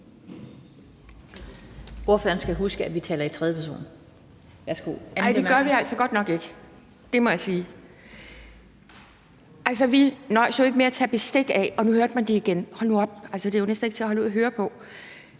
Ordføreren skal huske, at vi taler i tredje person.